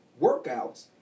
workouts